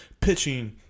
pitching